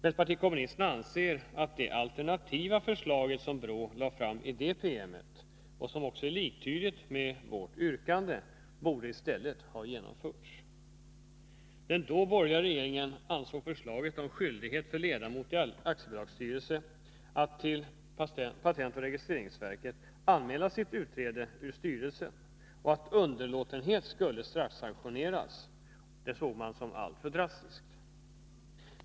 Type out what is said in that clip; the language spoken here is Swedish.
Vänsterpartiet kommunisterna anser att det alternativa förslag som BRÅ där lagt fram och som är liktydigt med vpk:s yrkande, i stället borde ha genomförts. Den dåvarande borgerliga regeringen ansåg förslaget om införande av skyldighet för ledamot i aktiebolagsstyrelse att till patentoch registreringsverket anmäla sitt utträde ur styrelsen samt att underlåtenhet skulle straffsanktioneras som allt för drastiskt.